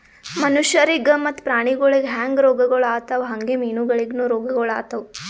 ಮನುಷ್ಯರಿಗ್ ಮತ್ತ ಪ್ರಾಣಿಗೊಳಿಗ್ ಹ್ಯಾಂಗ್ ರೋಗಗೊಳ್ ಆತವ್ ಹಂಗೆ ಮೀನುಗೊಳಿಗನು ರೋಗಗೊಳ್ ಆತವ್